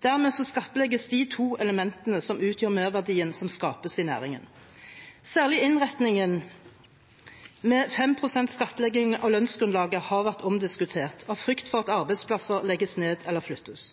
Dermed skattlegges de to elementene som utgjør merverdien som skapes i næringen. Særlig innrettingen med 5 pst. skattelegging av lønnsgrunnlaget har vært omdiskutert av frykt for at arbeidsplasser legges ned eller flyttes.